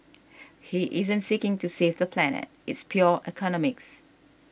he isn't seeking to save the planet it's pure economics